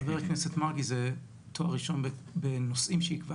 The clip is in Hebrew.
קודם כל חברי הכנסת, אדוני, אתה אחר